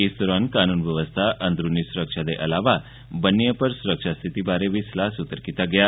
इस दौरान कानून व्यवस्था अंदरूनी सुरक्षा दे अलावा ब'न्ने उप्पर सुरक्षा स्थिति बारै बी स्लाह सूत्र कीता गेआ